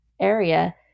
area